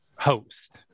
Host